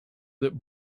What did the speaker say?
that